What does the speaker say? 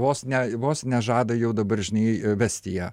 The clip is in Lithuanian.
vos ne vos ne žada jau dabar žinai vesti ją